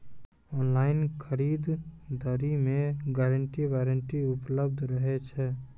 Online खरीद दरी मे गारंटी वारंटी उपलब्ध रहे छै?